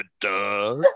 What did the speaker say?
Duh